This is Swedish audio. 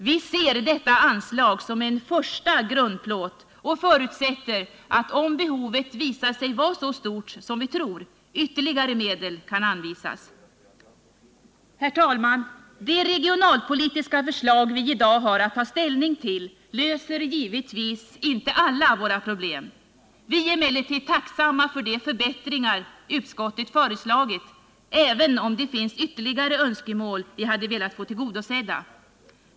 Vi ser detta anslag som en första grundplåt och förutsätter att, om behovet visar sig vara så stort som vi tror, ytterligare medel kan anvisas. Herr talman! De regionalpolitiska förslag som vi i dag har att ta ställning till löser givetvis inte alla våra problem. Vi är emellertid tacksamma för de förbättringar som utskottet har föreslagit, även om det finns ytterligare önskemål som vi hade velat få tillgodosedda.